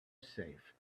safe